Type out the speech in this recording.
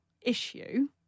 issue